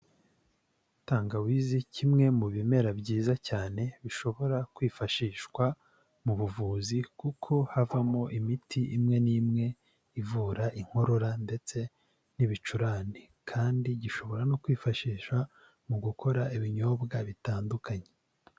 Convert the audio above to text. Tangawizi, kimwe mu bimera byiza cyane bishobora kwifashishwa mu buvuzi kuko havamo imiti imwe n'imwe ivura inkorora, ndetse n'ibicurane, kandi gishobora no kwifashishwa mu gukora ibinyobwa bitandukanye.